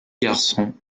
garçon